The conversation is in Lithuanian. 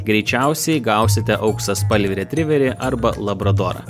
greičiausiai gausite auksaspalvį retriverį arba labradorą